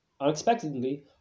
unexpectedly